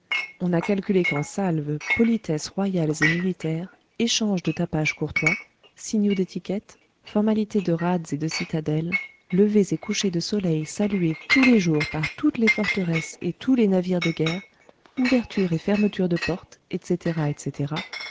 on a calculé qu'en salves politesses royales et militaires échanges de tapages courtois signaux d'étiquette formalités de rades et de citadelles levers et couchers de soleil salués tous les jours par toutes les forteresses et tous les navires de guerre ouvertures et fermetures de portes etc etc